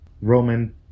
Roman